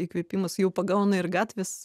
įkvėpimas jau pagauna ir gatvės